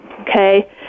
Okay